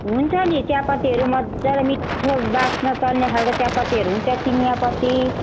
हुन्छ नि च्यापत्तिहरू मज्जाले मिठो बासना चल्ने खालको च्यापत्तीहरू हुन्छ चिनियापत्ति